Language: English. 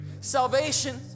salvation